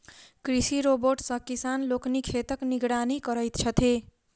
कृषि रोबोट सॅ किसान लोकनि खेतक निगरानी करैत छथि